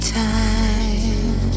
time